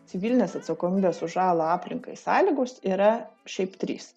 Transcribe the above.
civilinės atsakomybės už žalą aplinkai sąlygos yra šiaip trys